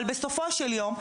בסופו של יום,